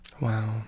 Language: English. Wow